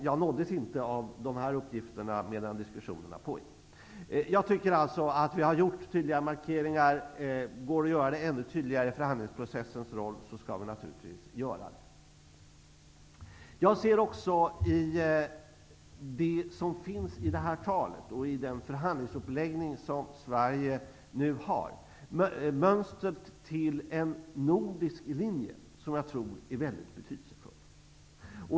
Jag nåddes inte av dessa uppgifter medan diskussionerna pågick. Jag tycker alltså att vi har gjort tydliga markeringar. Går det att göra dem ännu tydligare under förhandlingsprocessens gång skall vi naturligtvis utnyttja de möjligheterna. Jag ser också i innehållet i detta tal, och i den förhandlingsuppläggning som Sverige nu har, mönstret till en nordisk linje som jag tror är mycket betydelsefull.